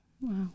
Wow